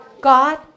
God